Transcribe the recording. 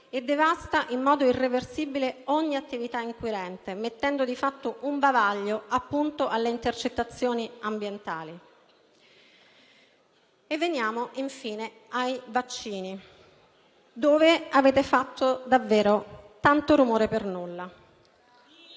e devasta in modo irreversibile ogni attività inquirente, mettendo di fatto un bavaglio - appunto - alle intercettazioni ambientali. E veniamo, infine, ai vaccini, su cui avete fatto, davvero, tanto rumore per nulla.